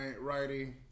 righty